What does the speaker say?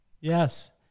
Yes